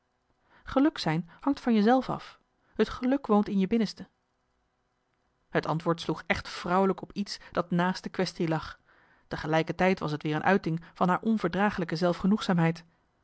gelukkig zijn hangt van je zelf af het geluk woont in je binnenste het antwoord sloeg echt vrouwelijk op iets dat naast de quaestie lag tegelijkertijd was t weer een uiting van haar onverdragelijke zelfgenoegzaamheid